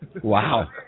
Wow